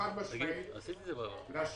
אבל אי אפשר, אתה צריך לבוא.